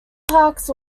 parks